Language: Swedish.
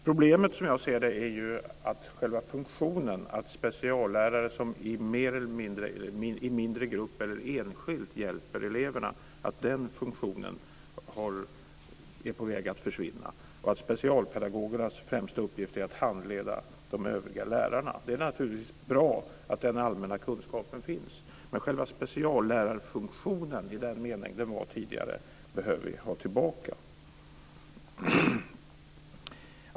Problemet som jag ser det är att själva funktionen, speciallärare som i mindre grupp eller enskilt hjälper eleverna, är på väg att försvinna och att specialpedagogernas främsta uppgift är att handleda de övriga lärarna. Det är naturligtvis bra att den allmänna kunskapen finns. Men speciallärarfunktionen i den mening den hade tidigare behöver vi ha tillbaka.